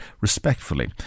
respectfully